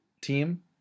team